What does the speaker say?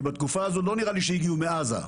כי לא נראה לי שהגיעו בתקופה הזאת מעזה.